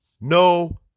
No